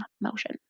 motion